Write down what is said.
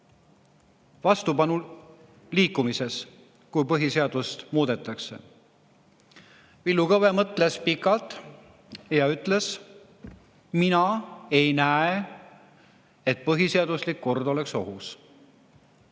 vastupanuliikumises, kui põhiseadust muudetakse." Villu Kõve mõtles pikalt ja ütles: mina ei näe, et põhiseaduslik kord oleks ohus.